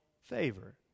favor